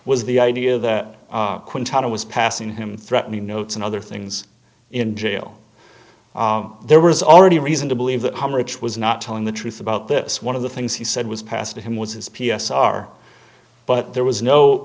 was the idea that quinton was passing him threatening notes and other things in jail there was already reason to believe that home rich was not telling the truth about this one of the things he said was passed to him was his p s are but there was no